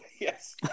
yes